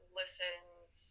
listens